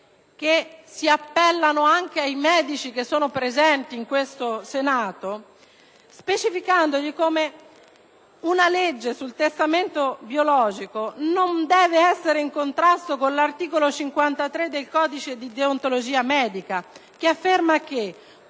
che si appellano anche ai medici che sono presenti in Senato, specificando come una legge sul testamento biologico non deve essere in contrasto con l'articolo 53 del codice di deontologia medica, il quale afferma che